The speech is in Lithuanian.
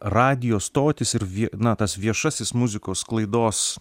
radijo stotys ir vie na tas viešasis muzikos sklaidos